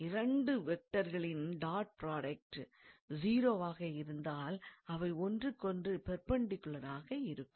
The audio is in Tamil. இரண்டு வெக்டார்களின் டாட் புராடக்ட் 0 வாக இருந்தால் அவை ஒன்றுக்கொன்று பெர்பெண்டிக்குலராக இருக்கும்